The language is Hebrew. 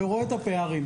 ורואה את הפערים.